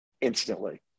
instantly